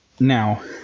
Now